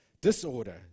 Disorder